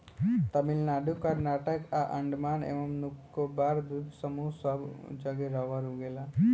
तमिलनाडु कर्नाटक आ अंडमान एवं निकोबार द्वीप समूह सब जगे रबड़ उगेला